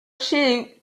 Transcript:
shoot